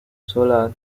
solar